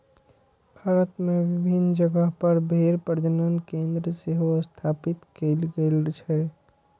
भारत मे विभिन्न जगह पर भेड़ प्रजनन केंद्र सेहो स्थापित कैल गेल छै